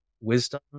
wisdom